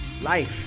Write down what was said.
life